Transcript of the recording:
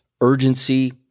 Urgency